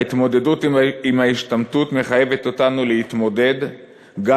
ההתמודדות עם ההשתמטות מחייבת אותנו להתמודד גם,